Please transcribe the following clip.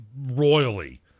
royally